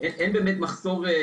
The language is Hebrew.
אין מחסור,